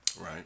Right